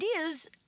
ideas